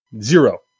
Zero